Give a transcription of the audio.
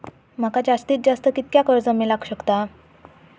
माका जास्तीत जास्त कितक्या कर्ज मेलाक शकता?